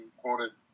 quoted